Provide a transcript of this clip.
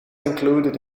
included